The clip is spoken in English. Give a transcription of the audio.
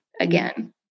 again